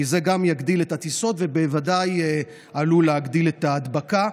כי זה גם יגדיל את הטיסות ובוודאי עלול להגדיל את ההדבקה.